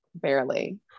barely